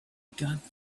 got